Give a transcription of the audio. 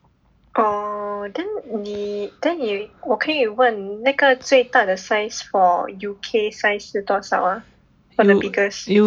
oh then 你 then 你我可以问那个最大的 size for U_K size 是多少啊 like the biggest